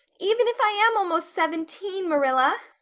even if i am almost seventeen, marilla,